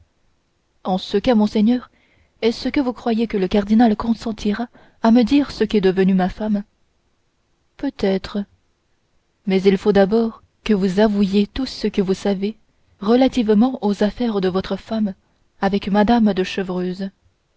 en ce cas monseigneur est-ce que vous croyez que le cardinal consentira à me dire ce qu'est devenue ma femme peut-être mais il faut d'abord que vous avouiez tout ce que vous savez relativement aux relations de votre femme avec mme de chevreuse